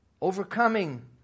overcoming